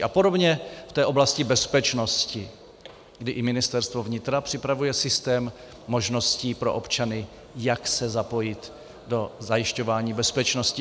A podobně v té oblasti bezpečnosti, kdy i Ministerstvo vnitra připravuje systém možností pro občany, jak se zapojit do zajišťování bezpečnosti.